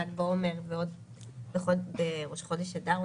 ל"ג בעומר וראש חודש אדר,